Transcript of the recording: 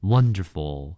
Wonderful